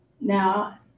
Now